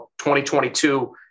2022